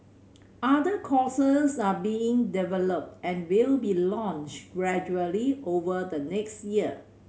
other courses are being developed and will be launched gradually over the next year